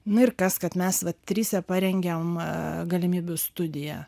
na ir kas kad mes va trise parengėm galimybių studiją